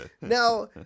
Now